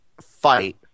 fight